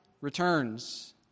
returns